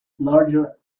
larger